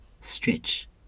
stretch